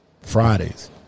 Fridays